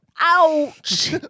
ouch